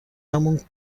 همون